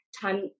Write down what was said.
Time